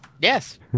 yes